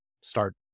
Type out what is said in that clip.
start